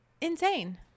insane